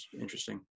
interesting